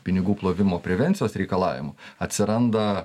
pinigų plovimo prevencijos reikalavimų atsiranda